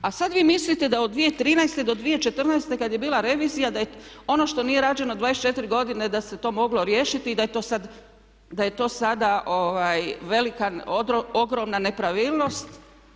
A sad vi mislite da od 2013. do 2014. kad je bila revizija da je ono što nije rađeno 24 godine da se to moglo riješiti i da je to sad velika ogromna nepravilnost.